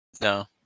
No